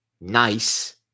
nice